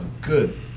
good